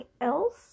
else